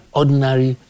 ordinary